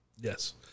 Yes